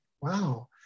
wow